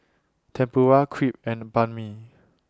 Tempura Crepe and Banh MI